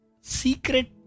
secret